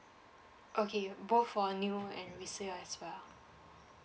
okay both for uh new and resale as well